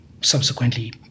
subsequently